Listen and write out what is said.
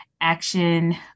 Action